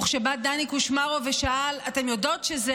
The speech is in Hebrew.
כשבא דני קושמרו ושאל: אתן יודעות שזה